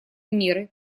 меры